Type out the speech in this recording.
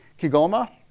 Kigoma